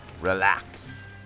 relax